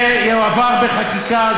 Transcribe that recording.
זה יועבר בחקיקה,